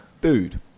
Dude